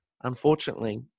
unfortunately